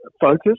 focus